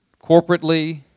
corporately